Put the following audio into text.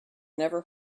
never